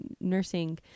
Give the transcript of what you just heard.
nursing